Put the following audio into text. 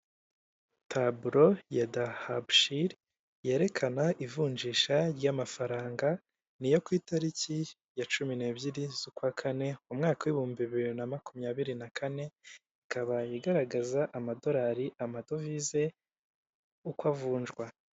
Taburo ya dahabushili yerekana ivunjisha ry'amafaranga niyo ku itariki ya cumi n'ebyiri z'ukwa kane mu mwaka w'ibihumbi bibiri na makumyabiri na kane ikaba igaragaza amadolari amadovize uko avunjwa.